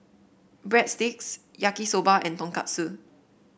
Breadsticks Yaki Soba and Tonkatsu